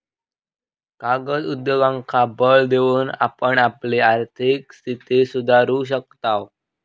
कागद उद्योगांका बळ देऊन आपण आपली आर्थिक स्थिती सुधारू शकताव